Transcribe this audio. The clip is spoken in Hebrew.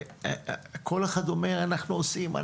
כל אחד אומר: אנחנו עושים.